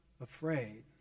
afraid